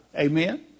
Amen